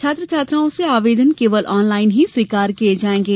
छात्र छात्राओं से आवेदन केवल ऑनलाइन ही स्वीकार किए जायेंगे